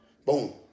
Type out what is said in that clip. Boom